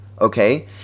okay